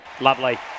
Lovely